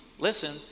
Listen